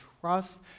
trust